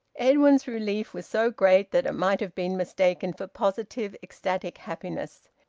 edwin's relief was so great that it might have been mistaken for positive ecstatic happiness.